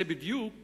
זה בדיוק